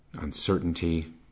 uncertainty